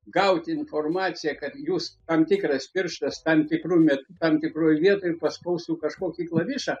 gaut informaciją kad jūs tam tikras pirštas tam tikru metu tam tikroj vietoj paspaustų kažkokį klavišą